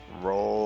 roll